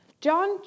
John